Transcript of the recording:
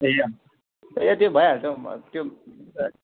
ए त्यो भइहाल्छ हौ त्यो